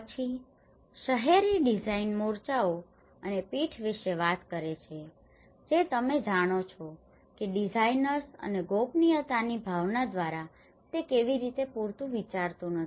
અહીં શહેરી ડિઝાઇન મોરચાઓ અને પીઠ વિશે વાત કરે છે જે તમે જાણો છો કે ડિઝાઇનર્સ અને ગોપનીયતાની ભાવના દ્વારા તે કેવી રીતે પૂરતું વિચારતું નથી